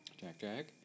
Jack-Jack